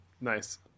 Nice